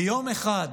ליום אחד